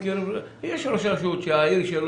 יש ראש רשות שהעיר שלו,